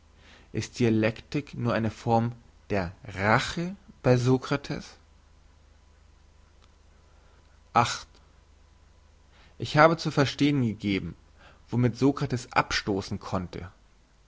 ist dialektik nur eine form der rache bei sokrates ich habe zu verstehn gegeben womit sokrates abstossen konnte